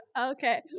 Okay